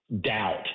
doubt